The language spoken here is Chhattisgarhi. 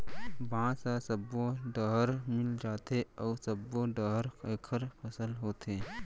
बांस ह सब्बो डहर मिल जाथे अउ सब्बो डहर एखर फसल होथे